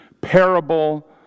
parable